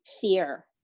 fear